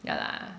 ya lah